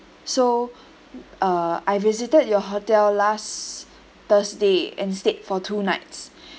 so uh I visited your hotel last thursday and stayed for two nights